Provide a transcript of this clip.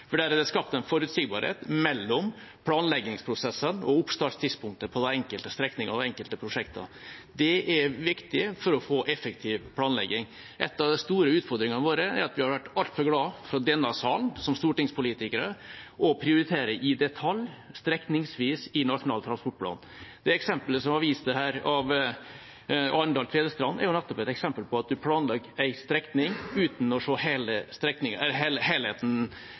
for der er det skapt en forutsigbarhet mellom planleggingsprosessene og oppstartstidspunktet på de enkelte strekningene og de enkelte prosjektene. Det er viktig for å få effektiv planlegging. En av de store utfordringene våre er at vi – fra denne salen, som stortingspolitikere – har vært altfor glad i å prioritere i detalj, strekningsvis, i Nasjonal transportplan. Det eksemplet det ble vist til her, Arendal–Tvedestrand, er nettopp et eksempel på at man planlegger en strekning uten å se helheten helt fram til mellom Oslo og Kristiansand, mer eller